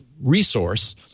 resource